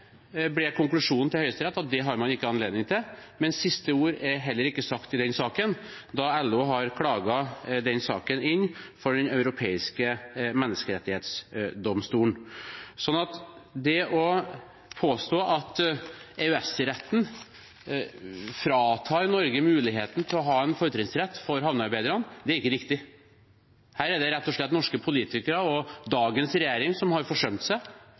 Konklusjonen til Høyesterett ble at det har man ikke anledning til. Men siste ord er heller ikke sagt i denne saken, da LO har klaget saken inn for Den europeiske menneskerettsdomstol. Påstanden om at EØS-retten fratar Norge muligheten til å ha en fortrinnsrett for havnearbeiderne, er ikke riktig. Det er rett og slett norske politikere og dagens regjering som har forsømt seg